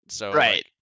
Right